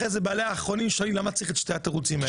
אחרי זה בעלי האחרונים שואלים למה צריך את שני התירוצים האלה,